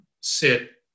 sit